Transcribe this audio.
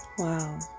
Wow